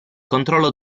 controllo